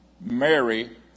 Mary